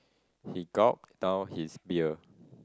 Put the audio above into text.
he gulped down his beer